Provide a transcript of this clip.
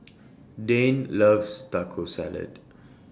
Dane loves Taco Salad